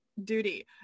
duty